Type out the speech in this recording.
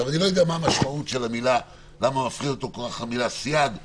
אני לא יודע למה מפחידה אותו המילה סייג כל כך.